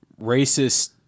Racist